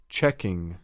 Checking